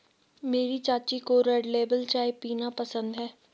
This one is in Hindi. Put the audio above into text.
मेरी चाची को रेड लेबल चाय पीना पसंद है